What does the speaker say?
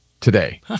today